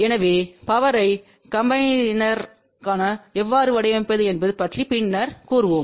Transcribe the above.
எனவே பவர்யை கம்பினேர்பான் எவ்வாறு வடிவமைப்பது என்பது பற்றி பின்னர் கூறுவோம்